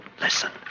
Listen